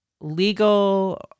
legal